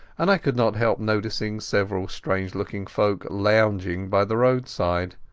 and i could not help noticing several strange-looking folk lounging by the roadside.